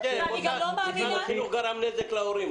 משרד החינוך גרם נזק להורים.